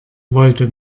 wollte